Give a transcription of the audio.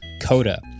Coda